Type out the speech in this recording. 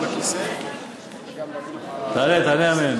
שלי, אני, תענה, תענה אמן.